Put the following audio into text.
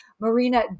marina